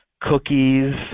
cookies